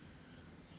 later